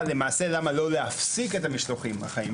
למה לא להפסיק את המשלוחים החיים.